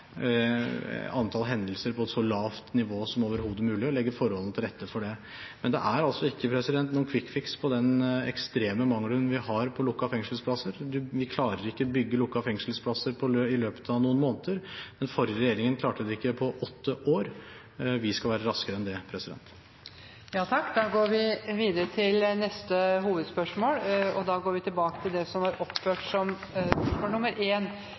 antall hendelser på et så lavt nivå som overhodet mulig og legge forholdene til rette for det. Men det er altså ikke noen kvikk-fiks-løsning på den ekstreme mangelen vi har på lukkede fengselsplasser. Man klarer ikke å bygge lukkede fengselsplasser i løpet av noen måneder. Den forrige regjeringen klarte det ikke på åtte år. Vi skal være raskere enn det. Da går vi tilbake til spørsmål 1, fra representanten Kjersti Toppe til kommunal- og